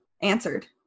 answered